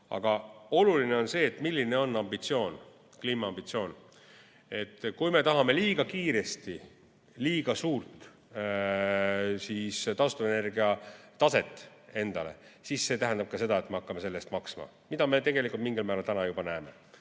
Aga oluline on see, milline on ambitsioon, kliimaambitsioon. Kui me tahame liiga kiiresti liiga kõrget taastuvenergia taset endale, siis see tähendab seda, et me hakkame selle eest maksma. Seda me tegelikult mingil määral täna juba näeme.